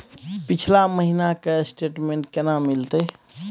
पिछला महीना के स्टेटमेंट केना मिलते?